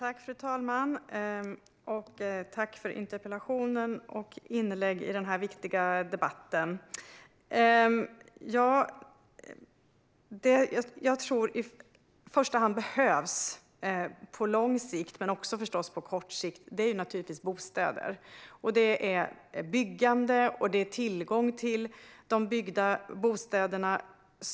Fru talman! Tack för interpellationen och inläggen i denna viktiga debatt! Det som i första hand behövs på både lång och kort sikt är naturligtvis bostäder. Det gäller både byggande och tillgång till de byggda bostäderna.